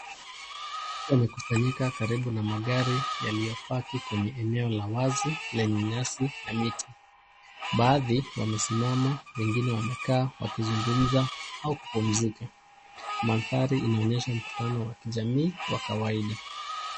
Wamekusanyika karibu na magari yaliyopaki kwenye eneo la wazi, lenye nyasi na miti. Baadhi wamesimama, wengine wamekaa wakizungumza au kupumzika. Mandhari inaonesha mkutano wa kijamii wa kawaida.